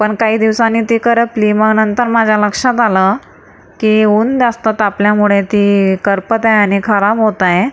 पण काही दिवसांनी ती करपली मग नंतर माझ्या लक्षात आलं की ऊन जास्त तापल्यामुळे ती करपत आहे आणि खराब होत आहे